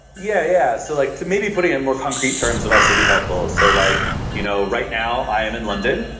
yeah yeah. so like to maybe putting it in more concrete terms would also be helpful. so, like you know right now, i am in london,